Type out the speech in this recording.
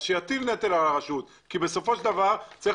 שיטיל נטל על הרשות כי בסופו של דבר צריך